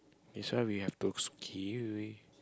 that's why we have to